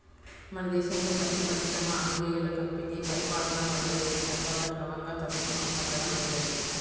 మన దేశంలో పత్తి పరిశ్రమ ఆంగ్లేయుల కంపెనీ పరిపాలన మొదలయ్యిన తర్వాత క్రమంగా తగ్గుముఖం పట్టడం మొదలైంది